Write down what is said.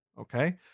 Okay